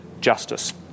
justice